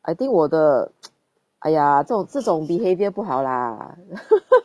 I think 我的 !aiya! 这种这种 behaviour 不好啦